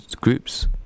groups